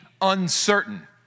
uncertain